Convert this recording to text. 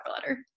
letter